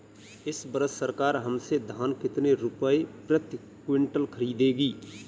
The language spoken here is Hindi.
इस वर्ष सरकार हमसे धान कितने रुपए प्रति क्विंटल खरीदेगी?